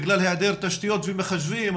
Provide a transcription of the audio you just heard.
בגלל היעדר תשתיות ומחשבים,